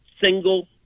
single